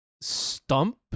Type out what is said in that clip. stump